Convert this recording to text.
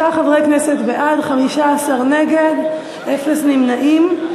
35 חברי כנסת בעד, 15 נגד, אפס נמנעים.